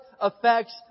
affects